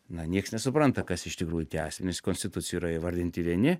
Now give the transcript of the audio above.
na nieks nesupranta kas iš tikrųjų tie asmenys konstitucijoj yra įvardinti vieni